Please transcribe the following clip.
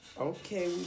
Okay